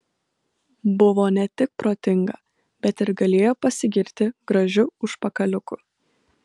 buvo ne tik protinga bet ir galėjo pasigirti gražiu užpakaliuku